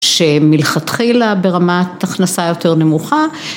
שמלכתחילה ברמת הכנסה יותר נמוכה